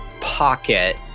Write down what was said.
pocket